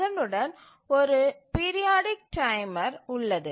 அதனுடன் ஒரு periodic timer உள்ளது